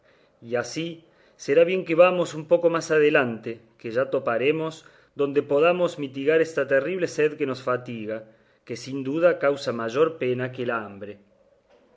y así será bien que vamos un poco más adelante que ya toparemos donde podamos mitigar esta terrible sed que nos fatiga que sin duda causa mayor pena que la hambre